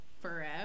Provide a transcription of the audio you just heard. forever